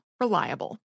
Reliable